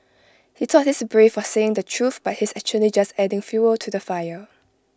he thought he's brave for saying the truth but he's actually just adding fuel to the fire